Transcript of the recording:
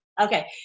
Okay